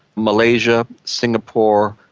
malaysia, singapore,